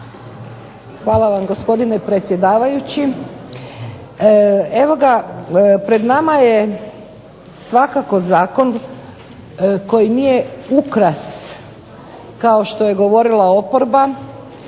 Hvala vam gospodine predsjedavajući. Evo ga pred nama je svakako zakon koji nije ukras kao što je govorila oporba,